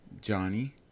Johnny